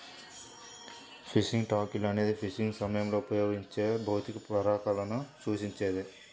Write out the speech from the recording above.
fishing tackle అనేది fishing సమయంలో ఉపయోగించే భౌతిక పరికరాలను సూచిస్తుంది